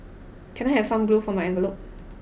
can I have some glue for my envelopes